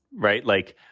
right. like